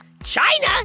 China